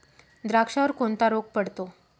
द्राक्षावर कोणता रोग पडतो?